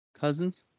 Cousins